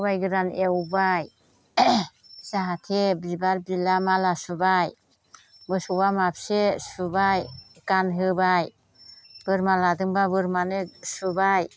सबाइ गोरान एवबाय जाहाथे बिबार बिला माला सुबाय मोसौआ माबसे सुबाय गानहोबाय बोरमा लादोंबा बोरमानो सुबाय